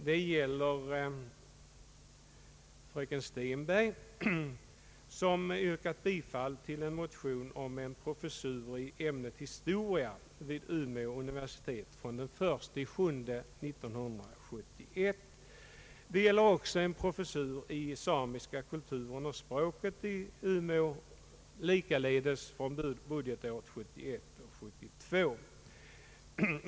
Det gäller en motion om en professur i ämnet historia vid Umeå universitet från och med den 1 juli 1971. Det gäller också en professur i samiska kulturen och språket i Umeå, likaledes från och med budgetåret 1971 /72.